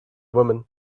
woman